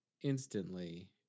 instantly